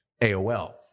AOL